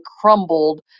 crumbled